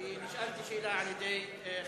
כי נשאלתי שאלה על-ידי חברים.